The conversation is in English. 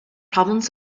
problems